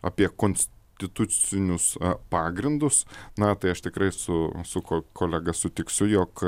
apie konstitucinius pagrindus na tai aš tikrai su su ko kolega sutiksiu jog